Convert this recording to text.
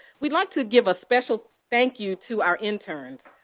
we'd like to give a special thank-you to our interns.